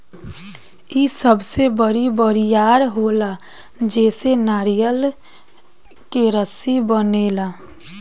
इ सबसे बड़ी बरियार होला जेसे नारियर के रसरी बनेला